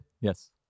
yes